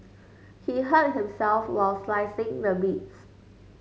he hurt himself while slicing the meats